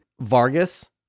Vargas